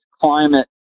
climate